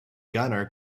gunner